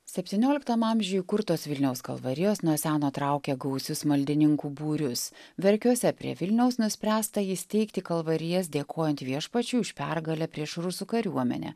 septynioliktam amžiuj įkurtos vilniaus kalvarijos nuo seno traukia gausius maldininkų būrius verkiuose prie vilniaus nuspręsta įsteigti kalvarijas dėkojant viešpačiui už pergalę prieš rusų kariuomenę